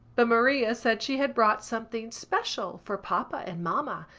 but maria said she had brought something special for papa and mamma,